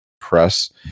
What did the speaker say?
press